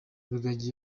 rugagi